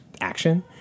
action